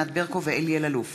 ענת ברקו ואלי אלאלוף